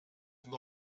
sind